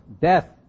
Death